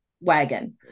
wagon